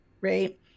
right